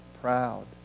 proud